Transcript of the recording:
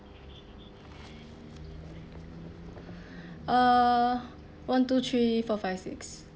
uh one two three four five six